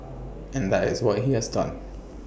and that is what he has done